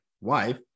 wife